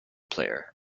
player